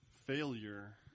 failure